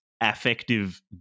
affective